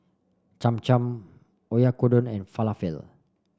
Cham Cham Oyakodon and Falafel